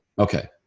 Okay